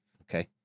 okay